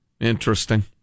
Interesting